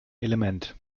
element